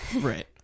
right